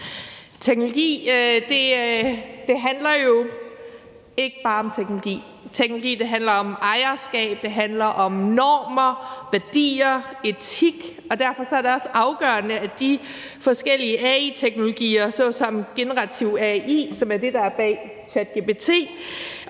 Teknologi handler jo ikke bare om teknologi, men teknologi handler også om ejerskab, og det handler om normer, værdier og etik, og derfor er det også afgørende, at de forskellige AI-teknologier såsom generativ AI, som er det, der er bag ChatGPT,